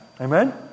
Amen